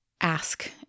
ask